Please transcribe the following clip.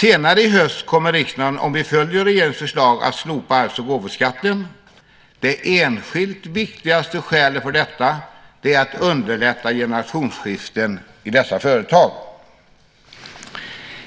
Senare i höst kommer riksdagen, om vi följer regeringens förslag, att slopa arvs och gåvoskatten. Det enskilt viktigaste skälet för detta är att underlätta generationsskiften i dessa företag.